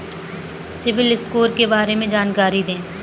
CIBIL score के बारे में जानकारी दें?